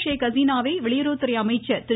ஷேக் ஹசீனாவை வெளியுறவுத்துறை அமைச்சர் திரு